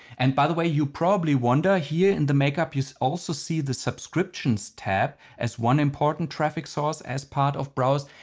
and by the way you probably wonder here in the makeup you also see the subscriptions tab as one important traffic source as part of browse.